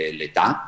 l'età